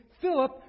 Philip